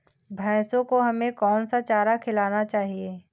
भैंसों को हमें कौन सा चारा खिलाना चाहिए?